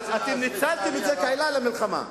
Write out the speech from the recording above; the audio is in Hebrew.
אבל אתם ניצלתם את זה כעילה למלחמה.